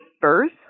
birth